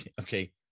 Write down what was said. Okay